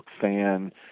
fan